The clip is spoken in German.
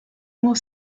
nur